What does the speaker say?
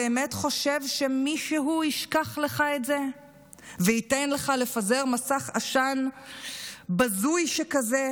באמת חושב שמישהו ישכח לך את זה וייתן לך לפזר מסך עשן בזוי שכזה,